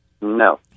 No